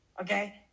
okay